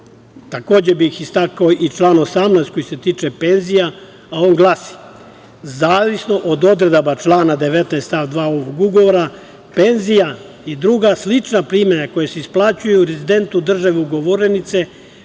bih istakao i član 18. koji se tiče penzija, a on glasi: „Zavisno od odredaba člana 19. stav 2. ovog ugovora, penzija i druga slična primanja koja se isplaćuju rezidentu države ugovornice